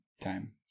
time